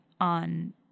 on